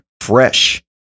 fresh